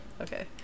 okay